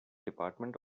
department